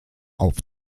auf